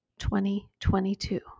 2022